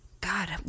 god